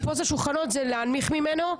לקפוץ על שולחנות זה להנמיך ממנו.